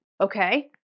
okay